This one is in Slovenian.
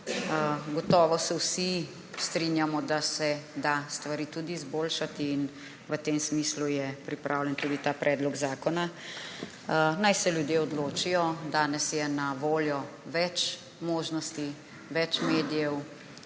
Gotovo se vsi strinjamo, da se da stvari tudi izboljšati in v tem smislu je pripravljen tudi ta predlog zakona. Naj se ljudje odločijo. Danes je na voljo več možnosti, več medijev.